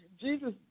Jesus